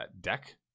deck